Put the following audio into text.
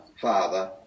Father